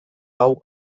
hau